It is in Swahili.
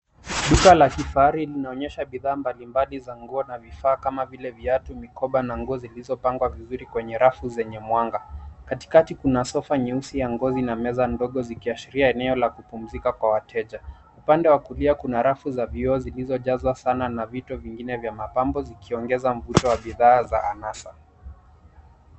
Duka la kifahari linaonyesha bidhaa mbalimbali za nguo na vifaa kama vile viatu, mikoba na nguo zilizopangwa vizuri kwenye rafu zenye mwanga. Katikati kuna sofa nyeusi ya ngozi na meza ndogo zikiashiria eneo la kupumzika kwa wateja. Upande wa kulia kuna rafu za vioo zilizojazwa sana na vito vingine vya mapambo zikionyesha mvuto wa bidhaa za anasa.